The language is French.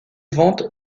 ventes